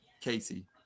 Casey